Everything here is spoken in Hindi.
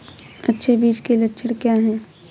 अच्छे बीज के लक्षण क्या हैं?